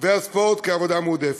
והספורט כעבודה מועדפת.